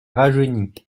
rajeunit